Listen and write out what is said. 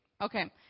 Okay